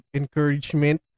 encouragement